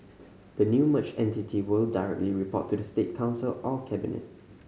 the new merged entity will directly report to the State Council or cabinet